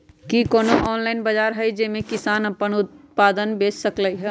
कि कोनो ऑनलाइन बाजार हइ जे में किसान अपन उत्पादन सीधे बेच सकलई ह?